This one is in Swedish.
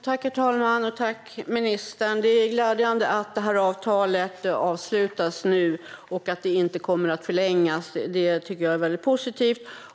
Herr talman! Tack, ministern! Det är glädjande att det här avtalet avslutas nu, och jag tycker att det är mycket positivt att det inte kommer att förlängas.